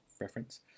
reference